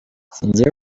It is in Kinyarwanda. singiye